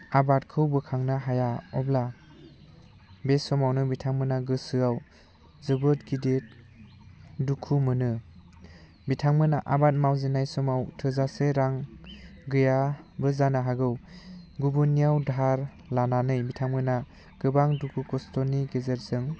आबादखौ बोखांनो हाया अब्ला बे समावनो बिथांमोना गोसोआव जोबोद गिदिर दुखु मोनो बिथांमोना आबाद मावजेननाय समाव थोजासे रां गैयाबो जानो हागौ गुबुननियाव दाहार लानानै बिथांमोना गोबां दुखु खस्थ'नि गेजेरजों